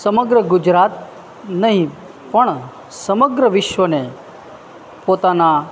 અને સમગ્ર ગુજરાત નહીં પણ સમગ્ર વિશ્વને પોતાના